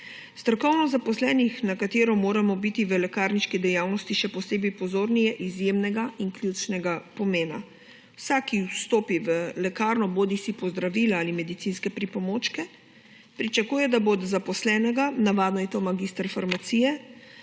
Strokovnost zaposlenih, na katero moramo biti v lekarniški dejavnosti še posebej pozorni, je izjemnega in ključnega pomena. Vsak, ki vstopi v lekarno bodisi po zdravila ali medicinske pripomočke, pričakuje, da bo od zaposlenega, navadno je to magister farmacije,